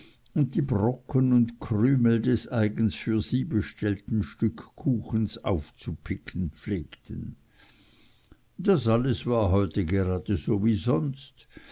und die brocken und krümel des eigens für sie bestellten stück kuchens aufzupicken pflegten das alles war heute geradeso wie sonst